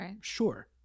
sure